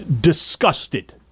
disgusted